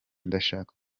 ndashaka